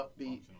upbeat